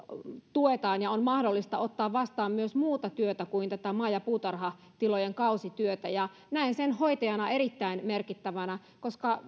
tuetaan sitä että on mahdollista ottaa vastaan myös muuta työtä kuin tätä maa ja puutarhatilojen kausityötä näen sen hoitajana erittäin merkittävänä koska